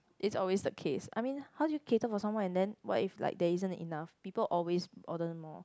it's always the case I mean how do you cater for someone and then what if there isn't enough people always order more